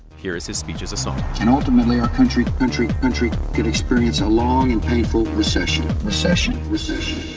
here is his speech as a song and ultimately ah country country country could experience a long and painful recession recession recession